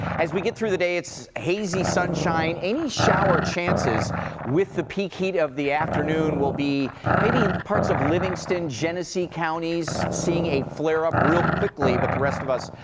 as we get through the day, it's hazy sunshine. any shower chances with the peak heat of the afternoon will be maybe parts of livingston, genessee counties, seeing a flare-up real quickly. but the rest of us,